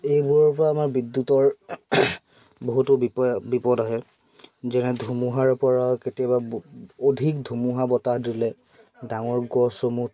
এইবোৰৰ পৰা আমাৰ বিদ্যুতৰ বহুতো বিপ বিপদ আহে যেনে ধুমুহাৰ পৰা কেতিয়াবা ব অধিক ধুমুহা বতাহ দিলে ডাঙৰ গছ